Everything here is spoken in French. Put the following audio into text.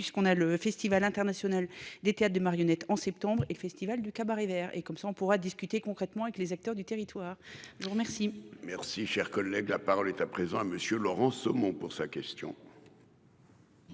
puisqu'on a le Festival international des théâtres de marionnettes en septembre et le festival du Cabaret Vert et comme ça on pourra discuter concrètement avec les acteurs du territoire. Je vous remercie. Merci, cher collègue, la parole est à présent monsieur Laurent Somon pour sa question.